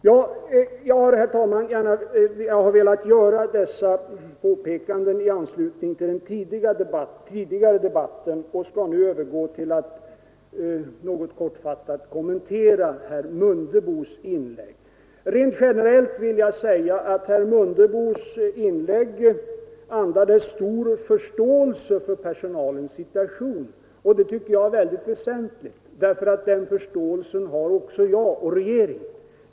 Jag har, herr talman, velat göra dessa påpekanden i anslutning till den tidigare debatten, och jag skall nu övergå till att kortfattat kommentera herr Mundebos inlägg. Rent generellt vill jag säga att herr Mundebos anförande andades stor förståelse för personalens situation. Det tycker jag är väsentligt, och den förståelsen har också jag och regeringen.